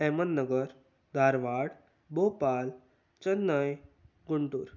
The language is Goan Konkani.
अहमदनगर धारवाड भोपाळ चेन्नय गुंटूर